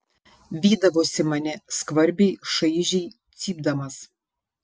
vydavosi mane skvarbiai šaižiai cypdamas